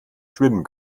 schwimmen